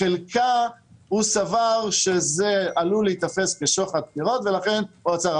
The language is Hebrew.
הוא סבר שזה עלול להיתפס כשוחד בחירות ולכן הוא עצר.